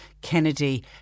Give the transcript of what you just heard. Kennedy